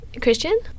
Christian